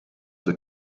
the